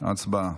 הצבעה.